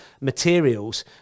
materials